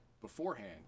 Beforehand